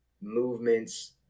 movements